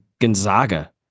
Gonzaga